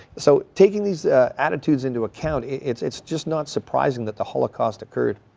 so taking these attitudes into account, it's it's just not surprising that the holocaust occurred.